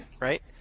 right